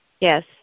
Yes